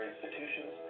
institutions